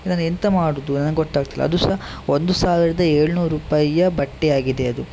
ಇದನ್ನು ಎಂಥ ಮಾಡೋದು ನನಗೆ ಗೊತ್ತಾಗ್ತಿಲ್ಲ ಅದು ಸಹ ಒಂದು ಸಾವಿರದ ಏಳ್ನೂರು ರುಪಾಯಿಯ ಬಟ್ಟೆ ಆಗಿದೆ ಅದು